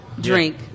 drink